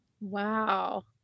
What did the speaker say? Wow